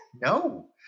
No